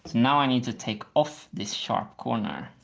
now i need to take off this sharp corner.